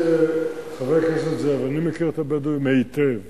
חבר הכנסת זאב, אני מכיר את הבדואים היטב